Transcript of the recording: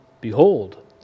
behold